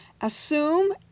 Assume